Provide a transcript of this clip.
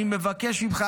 אני מבקש ממך,